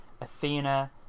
Athena